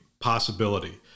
possibility